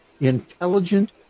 intelligent